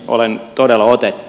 olen todella otettu